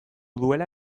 duela